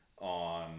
on